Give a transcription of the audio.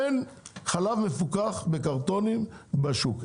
אין חלב מפוקח בקרטונים בשוק,